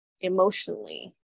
emotionally